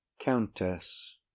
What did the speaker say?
Countess